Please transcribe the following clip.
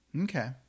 Okay